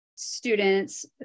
students